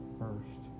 first